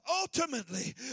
ultimately